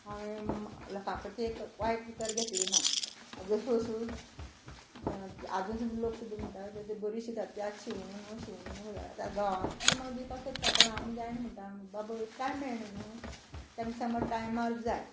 हांवें लोकां कडचें एक वायट उतर घेतलें ना आजून पासून आजून सुद्दां लोक सुद्दां म्हणटा तूं तूं बरी शिंवतात त्यात शिंवण न्हू शिंवण आतां गांवांतलीं म्हाका दिवपाक सोदता पूण हांव जायना म्हणटा बाबा टायम मेळना न्हू तेंकां समज टायमार जाय